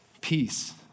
Peace